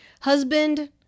husband